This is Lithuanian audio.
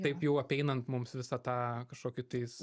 taip jau apeinant mums visą tą kažkokį tais